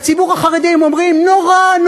לציבור החרדי הם אומרים: נורא,